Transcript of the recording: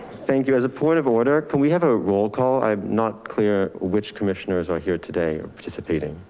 thank you. as a point of order, can we have a roll call? i'm not clear which commissioners are here today are participating.